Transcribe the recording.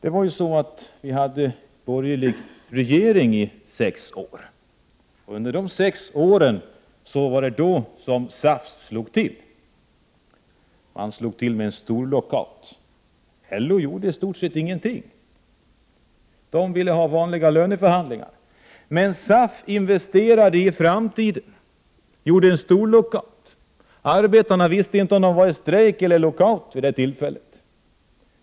Vi hade ju borgerliga regeringar under sex år, och det var under dessa år som SAF slog till med en storlockout. LO gjorde i stort sett ingenting. LO ville ha vanliga löneförhandlingar, men SAF investerade i framtiden och utlyste en storlockout. Arbetarna visste vid det tillfället inte om de var i strejk eller var lockoutade.